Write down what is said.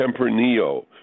Tempranillo